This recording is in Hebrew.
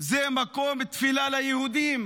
זה מקום תפילה ליהודים,